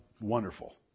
wonderful